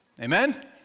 Amen